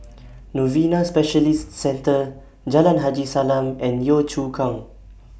Novena Specialist Centre Jalan Haji Salam and Yio Chu Kang